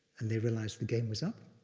and they realized the game was up.